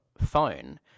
phone